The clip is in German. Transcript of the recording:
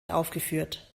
aufgeführt